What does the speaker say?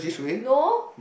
no